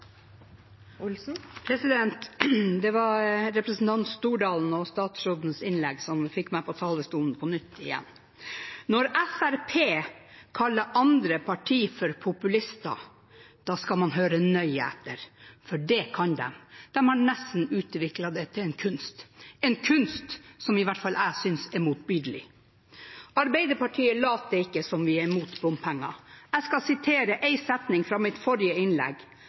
og statsrådens innlegg som fikk meg på talerstolen på nytt. Når Fremskrittspartiet kaller andre partier for populistiske, skal man høre nøye etter, for det kan de. De har nesten utviklet det til en kunst – en kunst som i hvert fall jeg synes er motbydelig. Arbeiderpartiet later ikke som vi er mot bompenger. Jeg skal sitere en setning fra mitt forrige innlegg: